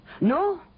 No